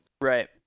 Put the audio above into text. Right